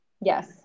Yes